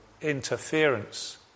interference